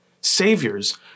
saviors